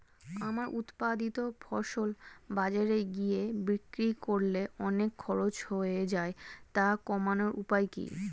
আমার উৎপাদিত ফসল বাজারে গিয়ে বিক্রি করলে অনেক খরচ হয়ে যায় তা কমানোর উপায় কি?